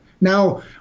Now